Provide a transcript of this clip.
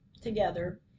together